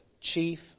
chief